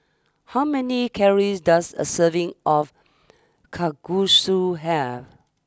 how many calories does a serving of Kalguksu have